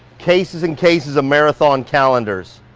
cases and cases of marathon calendars.